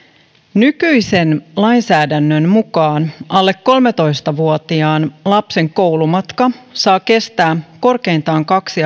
nykyisen lainsäädännön mukaan alle kolmetoista vuotiaan lapsen koulumatka saa kestää korkeintaan kaksi